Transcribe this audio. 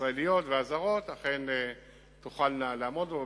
הישראליות והזרות אכן תוכלנה לעמוד בו.